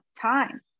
time